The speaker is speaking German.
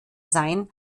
sein